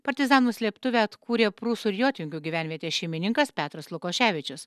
partizanų slėptuvę atkūrė prūsų ir jotvingių gyvenvietės šeimininkas petras lukoševičius